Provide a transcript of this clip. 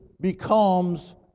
becomes